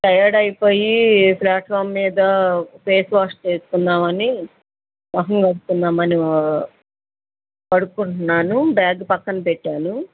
tired అయిపోయి platform మీద face wash చేసుకుందామని మొహం కడుక్కుందామని కడుక్కుంటున్నాను బ్యాగ్ పక్కన పెట్టాను